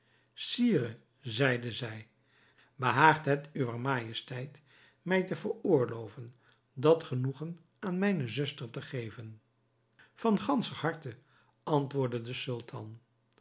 sire zeide zij behaagt het uwer majesteit mij te veroorloven dat genoegen aan mijne zuster te geven van ganscher harte antwoordde de sultan